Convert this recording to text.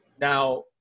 Now